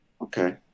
okay